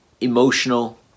emotional